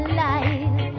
life